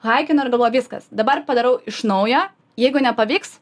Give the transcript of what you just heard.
haikinu ir galvoju viskas dabar padarau iš naujo jeigu nepavyks